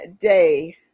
day